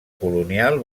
colonial